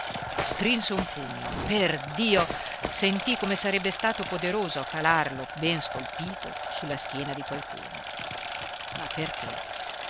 strinse un pugno perdio sentì come sarebbe stato poderoso a calarlo bene scolpito su la schiena di qualcuno ma perché